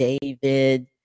David